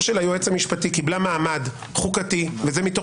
של היועץ המשפטי קיבלה מעמד חוקתי וזה מתוך